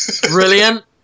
Brilliant